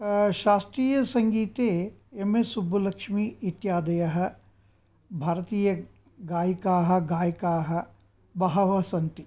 शास्त्रीयसङ्गीते M S Subbulakshmi इत्यादयः भारतीयगायिकाः गायिकाः बहवः सन्ति